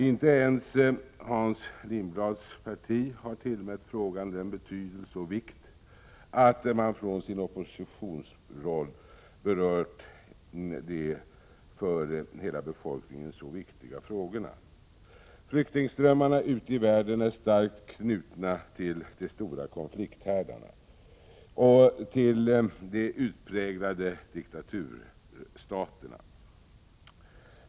Inte ens Hans Lindblads parti har tillmätt frågan sådan betydelse och vikt att man från sin oppositionsroll berört de för hela befolkningen så viktiga frågorna. Flyktingströmmarna ute i världen är starkt knutna till de stora konflikthärdarna och till de utpräglade diktaturstaterna.